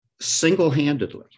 single-handedly